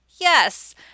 Yes